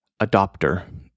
adopter